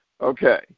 Okay